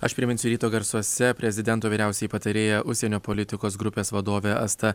aš priminsiu ryto garsuose prezidento vyriausioji patarėja užsienio politikos grupės vadovė asta